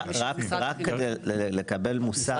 רק לקבל מושג